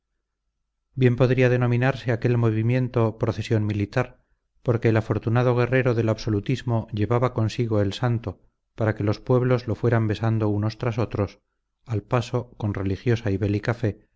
bien podría denominarse aquel movimiento procesión militar porque el afortunado guerrero del absolutismo llevaba consigo el santo para que los pueblos lo fueran besando unos tras otros al paso con religiosa y bélica fe